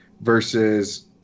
versus